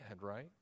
right